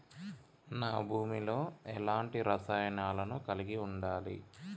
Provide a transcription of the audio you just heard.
నా భూమి లో ఎలాంటి రసాయనాలను కలిగి ఉండాలి?